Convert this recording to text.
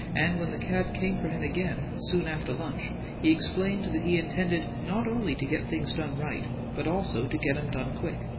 and when the cab came for him again, soon after lunch, he explained that he intended not only to get things done right, but also to get em done quick!